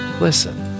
listen